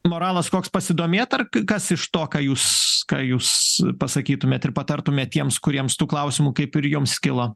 moralas koks pasidomėt ar kas iš to ką jūs ką jūs pasakytumėt ir patartumėt tiems kuriems tų klausimų kaip ir jums kilo